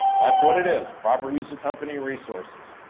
that's what it is, proper use of company resources.